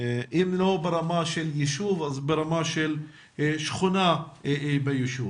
אם לא ברמה של יישוב, אז ברמה של שכונה ביישוב.